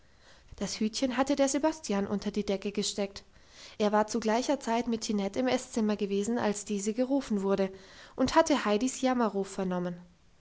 das hütchen hatte der sebastian unter die decke gesteckt er war zu gleicher zeit mit tinette im esszimmer gewesen als diese gerufen wurde und hatte heidis jammerruf vernommen